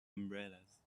umbrellas